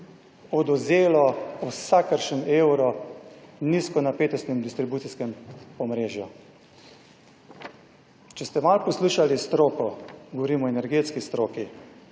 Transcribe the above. odvzelo vsakršen evro, nizko napetost in distribucijskem omrežju. Če ste malo poslušali stroko govorimo o energetski stroki.